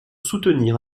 soutenir